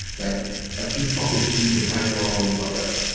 like like a chief topic be sure we find all we've got a